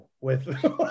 with-